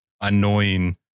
annoying